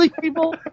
people